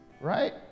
right